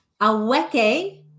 Aweke